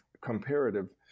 comparative